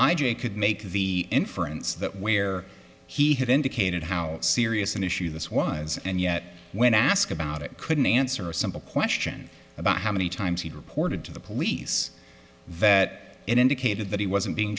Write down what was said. j could make the inference that where he had indicated how serious an issue this was and yet when asked about it couldn't answer a simple question about how many times he reported to the police that indicated that he wasn't being